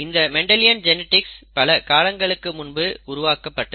இந்த Mendelian genetics பல காலங்களுக்கு முன்பு உருவாக்கப்பட்டது